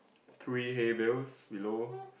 three hay bells below